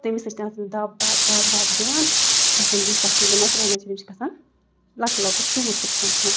تٔمی سۭتۍ چھِ ترٛاوان تِم دَب دَب دَب دَب دِوان گژھان تیٖتِس کالَس یِم زَن مرژٕوانٛگَن چھِ تِم چھِ گژھان لَۄکُٹ لَۄکُٹ چوٗر چھِ گژھان تِمَن